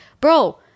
bro